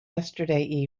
yesterday